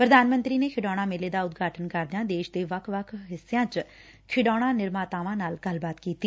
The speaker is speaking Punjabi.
ਪੁਧਾਨ ਮੰਤਰੀ ਨੇ ਖਿਡੌਣਾ ਮੇਲੇ ਦਾ ਉਦਘਾਟਨ ਕਰਦਿਆਂ ਦੇਸ਼ ਦੇ ਵੱਖ ਵੱਖ ਹਿੱਸਿਆ ਚ ਖਿਡੌਣਾ ਨਿਰਮਾਤਾਵਾਂ ਨਾਲ ਗੱਲਬਾਤ ਕੀਡੀ